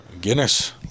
Guinness